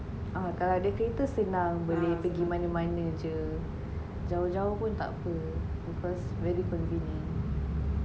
a'ah kalau kereta senang boleh pergi mana mana jer jauh jauh pon takpe because very convenient